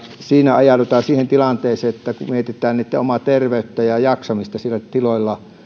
siinä ajaudutaan siihen tilanteeseen kun mietitään heidän omaa terveyttään ja ja jaksamistaan siellä tiloilla